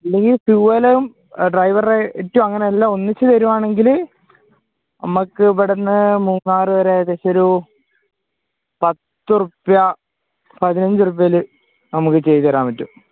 ഇല്ലെങ്കിൽ ഫ്യൂവലും ഡ്രൈവറുടെ റെൻറും എല്ലാം ഒന്നിച്ചു തരികയാണെങ്കിൽ നമ്മൾക്ക് ഇവിടെ നിന്ന് മൂന്നാർ വരെ ഏകദേശം ഒരു പത്തുറുപ്പ്യ പതിനഞ്ചു ഉറുപ്പ്യയിൽ നമുക്ക് ചെയ്തു തരാൻ പറ്റും